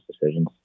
decisions